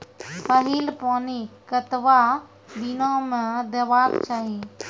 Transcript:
पहिल पानि कतबा दिनो म देबाक चाही?